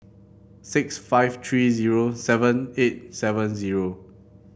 six five three zero seven eight seven zero